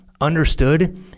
understood